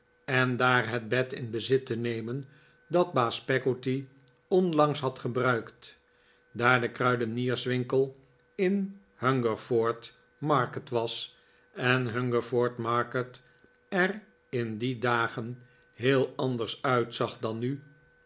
en daar het bed in bezit te nemen dat baas peggotty onlangs had gebruikt daar de kruidenierswinkel in hungerford market was en hungerford market er in die dagen heel anders uitzag dan nu